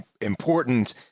important